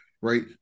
right